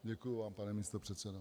Děkuji vám, pane místopředsedo.